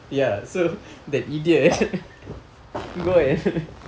ya so that idiot he go and